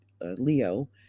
Leo